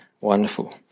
Wonderful